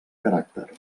caràcter